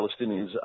Palestinians